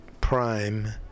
prime